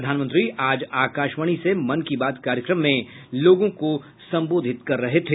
प्रधानमंत्री आज आकाशवाणी से मन की बात कार्यक्रम में लोगों को संबोधित कर रहे थे